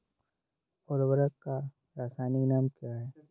उर्वरक का रासायनिक नाम क्या है?